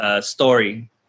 story